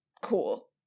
cool